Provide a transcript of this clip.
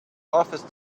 office